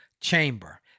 chamber